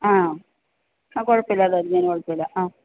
ആ അ കുഴപ്പമില്ലത് എങ്ങനെയാണ് വെച്ചാൽ അ